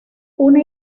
una